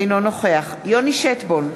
אינו נוכח יוני שטבון,